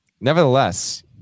Nevertheless